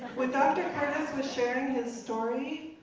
when dr. curtis was sharing his story,